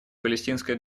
палестинской